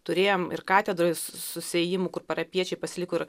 turėjom ir katedroj susiėjimų kur parapijiečiai pasiliko ir